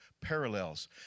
parallels